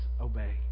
obey